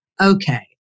okay